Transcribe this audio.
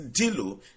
DILU